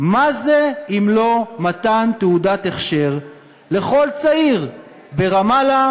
מה זה אם לא מתן תעודת הכשר לכל צעיר ברמאללה,